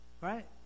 right